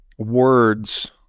Words